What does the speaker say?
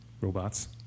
robots